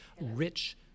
rich